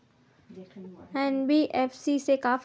NBFC से का फ़ायदा हे?